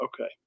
okay